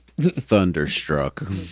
Thunderstruck